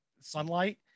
sunlight